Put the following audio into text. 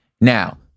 Now